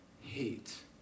hate